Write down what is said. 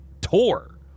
tour